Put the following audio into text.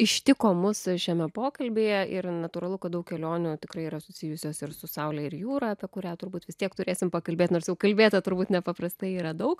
ištiko mus šiame pokalbyje ir natūralu kad daug kelionių tikrai yra susijusios ir su saule ir jūra apie kurią turbūt vis tiek turėsim pakalbėt nors jau kalbėta turbūt nepaprastai yra daug